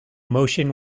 motion